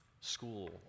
school